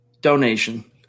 donation